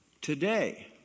today